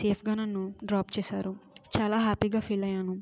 సేఫ్గా నన్ను డ్రాప్ చేశారు చాలా హ్యాపీగా ఫీల్ అయ్యాను